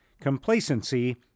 Complacency